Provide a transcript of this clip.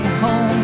home